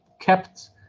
kept